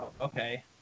okay